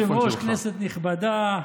אדוני היושב-ראש, כנסת נכבדה,